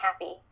happy